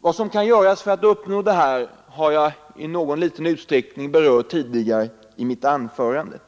Vad som kan göras för att uppnå detta har jag i någon liten utsträckning berört tidigare i mitt anförande.